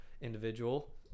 individual